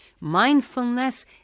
Mindfulness